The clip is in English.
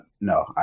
No